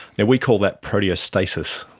and we call that proteostasis.